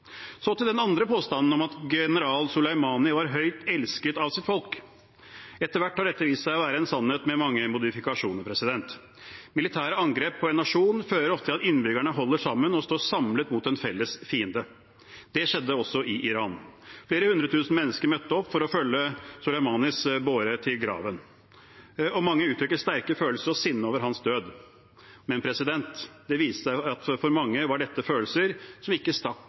Så til den andre påstanden, om at general Soleimani var høyt elsket av sitt folk. Etter hvert har dette vist seg å være en sannhet med mange modifikasjoner. Militære angrep på en nasjon fører ofte til at innbyggerne holder sammen og står samlet mot en felles fiende. Det skjedde også i Iran. Flere hundre tusen mennesker møtte opp for å følge Soleimanis båre til graven, og mange uttrykker sterke følelser og sinne over hans død. Men det viste seg at for mange var dette følelser som ikke stakk